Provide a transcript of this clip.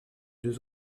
deux